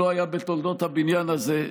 לא היה בתולדות הבניין הזה.